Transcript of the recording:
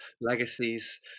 legacies